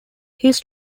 his